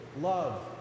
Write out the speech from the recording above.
Love